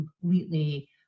completely